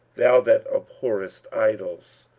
thou that abhorrest idols,